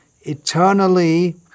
eternally